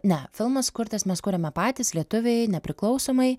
ne filmas kurtas mes kuriame patys lietuviai nepriklausomai